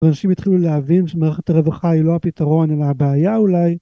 אנשים התחילו להבין שמערכת הרווחה היא לא הפתרון אלא הבעיה אולי.